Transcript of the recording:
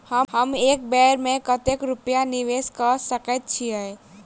हम एक बेर मे कतेक रूपया निवेश कऽ सकैत छीयै?